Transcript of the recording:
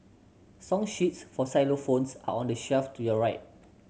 song sheets for xylophones are on the shelf to your right